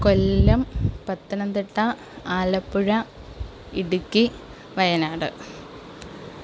Kollam Pathanamthitta Alappuzha Idukki Wayanad